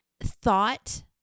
thought